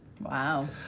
Wow